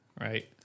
right